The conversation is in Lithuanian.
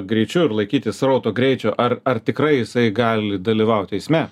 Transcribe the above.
greičiu ir laikytis srauto greičio ar ar tikrai jisai gali dalyvaut eisme